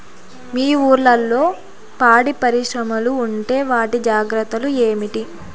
మీ ఊర్లలో పాడి పరిశ్రమలు ఉంటే వాటి జాగ్రత్తలు ఏమిటి